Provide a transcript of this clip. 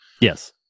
Yes